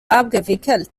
abgewickelt